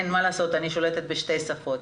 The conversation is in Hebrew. מה לעשות, אני שולטת בשתי שפות.